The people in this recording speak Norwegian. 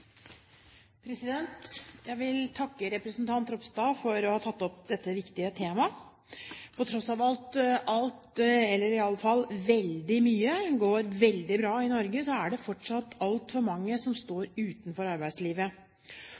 Ropstad for å ha tatt opp dette viktige temaet. Til tross for at alt – eller iallfall veldig mye – går veldig bra i Norge, er det fortsatt altfor mange som står utenfor arbeidslivet.